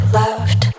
loved